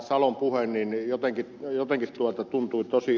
salon puhe jotenkin tuntui tosi oudolta